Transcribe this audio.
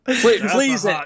Please